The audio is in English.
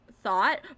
thought